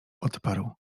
odparł